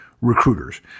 recruiters